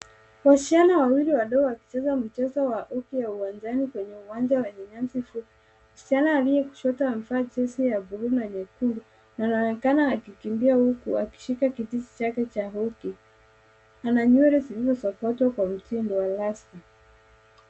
Wasichana wawili wadogo wakicheza mchezo wa uke uwanjani kwenye uwanja wenye nyasi fupi msichana aliye kushoto amevaa jesi ya blue na nyekundu na anaonekana akikimbia huku akishika Kijiti chake cha hockey ana nywele zilizo sokotwa kwa mtindo wa rasta.